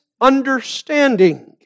understanding